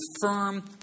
firm